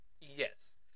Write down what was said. Yes